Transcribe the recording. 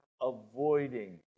avoiding